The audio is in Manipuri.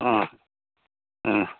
ꯑꯥ ꯎꯝ